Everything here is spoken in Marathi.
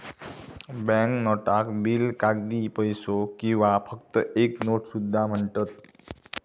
बँक नोटाक बिल, कागदी पैसो किंवा फक्त एक नोट सुद्धा म्हणतत